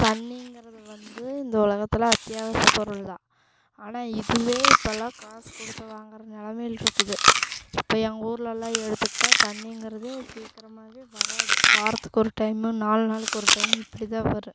தண்ணிங்கிறது வந்து இந்த உலகத்தில் அத்தியாவசிய பொருள் தான் ஆனால் இதுவே இப்பெல்லாம் காசு கொடுத்து வாங்கிற நிலமையில இருக்குது இப்போ எங்கள் ஊர்லெலாம் எடுத்துக்கிட்டால் தண்ணிங்கிறதே சீக்கிரமாவே வராது வாரத்துக்கு ஒரு டைமு நாலு நாளைக்கு ஒரு டைமு இப்படி தான் வரும்